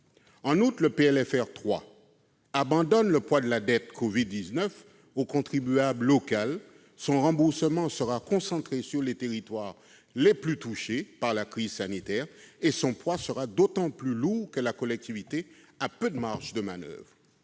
En outre, le PLFR 3 abandonne le poids de la dette du covid-19 au contribuable local : son remboursement sera concentré sur les territoires les plus touchés par la crise sanitaire, et cette charge sera d'autant plus lourde que la collectivité a peu de marges de manoeuvre.